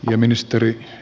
arvoisa puheenjohtaja